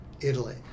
Italy